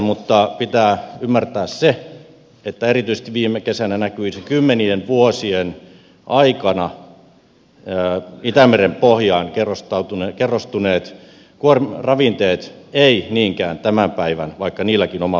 mutta pitää ymmärtää se että erityisesti viime kesänä näkyivät kymmenien vuosien aikana itämeren pohjaan kerrostuneet ravinteet eivät niinkään tämän päivän vaikka niilläkin oma vaikutuksensa on